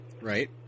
Right